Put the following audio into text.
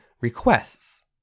requests